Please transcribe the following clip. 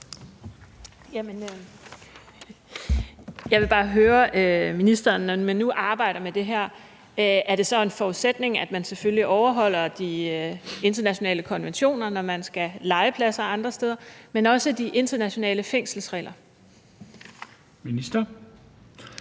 Jeg vil bare høre ministeren: Når man nu arbejder med det her, er det så en forudsætning, at man selvfølgelig overholder de internationale konventioner, når man skal leje pladser andre steder, men også de internationale fængselsregler? Kl.